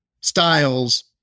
styles